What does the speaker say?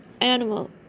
animal